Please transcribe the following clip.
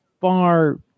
far